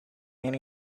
and